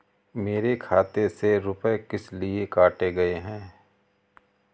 मेरे खाते से रुपय किस लिए काटे गए हैं?